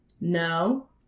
No